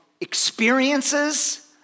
experiences